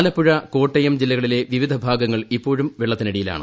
ആലപ്പുഴ കോട്ടയം ജില്ലകളിലെ വിവിധ ഭാഗങ്ങൾ ഇപ്പോഴും വെള്ളത്തിനടിയിലാണ്